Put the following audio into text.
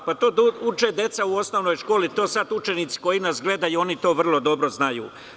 Pa, to uče deca u osnovnoj školi, to sad učenici koji nas gledaju i oni to vrlo dobro znaju.